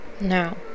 Now